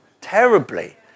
terribly